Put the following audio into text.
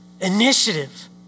initiative